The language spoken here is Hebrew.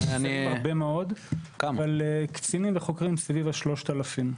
קצינים וחוקרים יש כ-3,000.